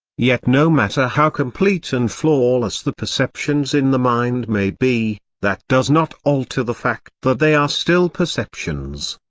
yet no matter how complete and flawless the perceptions in the mind may be, that does not alter the fact that they are still perceptions.